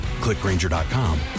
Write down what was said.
clickgranger.com